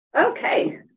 Okay